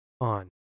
on